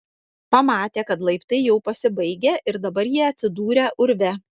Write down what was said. pamatė kad laiptai jau pasibaigę ir dabar jie atsidūrę urve